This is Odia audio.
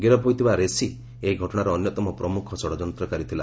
ଗିରଫ୍ ହୋଇଥିବା ରେସି ଏହି ଘଟଣାର ଅନ୍ୟତମ ପ୍ରମୁଖ ଷଡ଼ଯନ୍ତକାରୀ ଥିଲା